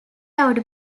out